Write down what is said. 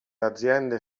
aziende